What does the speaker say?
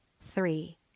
three